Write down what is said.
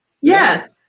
Yes